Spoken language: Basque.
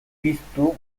piztu